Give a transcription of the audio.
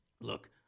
Look